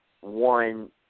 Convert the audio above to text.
One